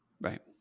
Right